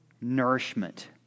nourishment